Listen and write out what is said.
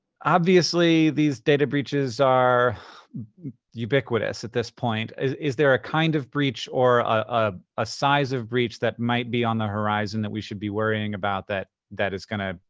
obviously these data breaches are ubiquitous at this point. is is there a kind of breach or ah a size of breach that might be on the horizon that we should be worrying about that that is gonna